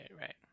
right